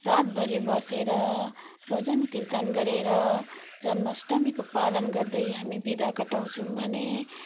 रातभरि बसेर भजन कीर्तन गरेर जन्म अष्टमीको पालन गर्दै हामी बिदा कटाउँछौँ भने